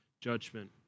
judgment